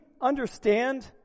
understand